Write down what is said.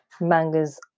mangas